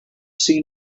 seen